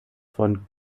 von